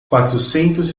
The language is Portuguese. quatrocentos